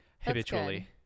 habitually